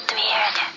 weird